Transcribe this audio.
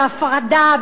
בהפרדה,